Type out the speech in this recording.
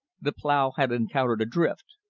the plow had encountered a drift.